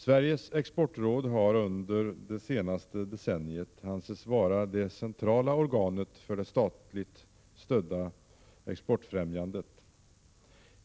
Sveriges Exportråd har under det senaste decenniet ansetts vara det centrala organet för det statligt stödda exportfrämjandet.